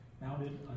mounted